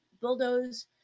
bulldoze